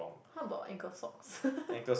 how about ankle socks